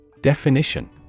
Definition